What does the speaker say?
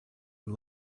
and